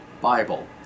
Bible